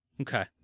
Okay